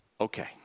okay